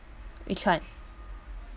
which one